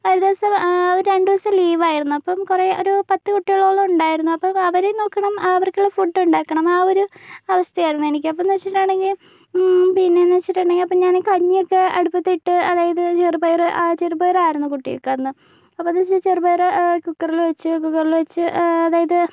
ഒരു ദിവസം രണ്ടു ദിവസം ലീവായിരുന്നു അപ്പം കുറെ ഒരു പത്ത് കുട്ടികളോളം ഉണ്ടായിരുന്നു അപ്പോൾ അവരെയും നോക്കണം അവർക്കുള്ള ഫുഡും ഉണ്ടാക്കണം ആ ഒരു അവസ്ഥയായിരുന്നു എനിക്ക് അപ്പൊന്നു വെച്ചിട്ടുണ്ടെങ്കിൽ പിന്നെന്നു വെച്ചിട്ടുണ്ടെങ്കിൽ അപ്പോൾ ഞാന് കഞ്ഞിയൊക്കെ അടുപ്പത്തിട്ട് അതായത് ചെറുപയര് ആ ചെറുപയറായിരുന്നു കുട്ടികൾക്കന്ന് അപ്പോൾ എന്താ വെച്ചാ ചെറുപയറ് കുക്കറിൽ വെച്ച് വെള്ളമൊഴിച്ച് അതായത്